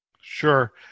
Sure